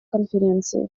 конференции